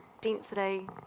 density